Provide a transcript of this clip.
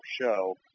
show